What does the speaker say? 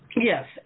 Yes